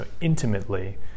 intimately